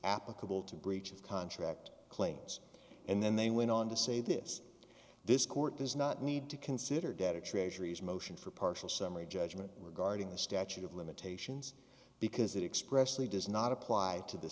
applicable to breach of contract claims and then they went on to say this this court does not need to consider data treasury's motion for partial summary judgment regarding the statute of limitations because it expressly does not apply to the